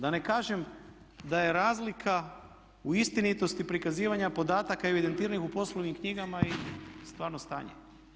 Da ne kažem da je razlika u istinitosti prikazivanja podataka evidentiranih u poslovnim knjigama i stvarno stanje.